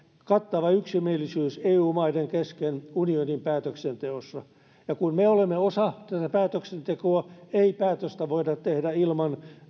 kattava yksimielisyys eu maiden kesken unionin päätöksenteossa ja kun me olemme osa tätä päätöksentekoa ei päätöstä voida tehdä ilman